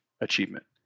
achievement